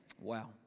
Wow